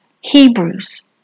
Hebrews